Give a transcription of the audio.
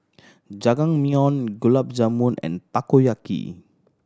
Jajangmyeon Gulab Jamun and Takoyaki